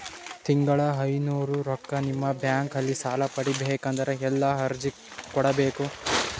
ತಿಂಗಳ ಐನೂರು ರೊಕ್ಕ ನಿಮ್ಮ ಬ್ಯಾಂಕ್ ಅಲ್ಲಿ ಸಾಲ ಪಡಿಬೇಕಂದರ ಎಲ್ಲ ಅರ್ಜಿ ಕೊಡಬೇಕು?